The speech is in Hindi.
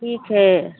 ठीक है